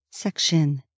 Section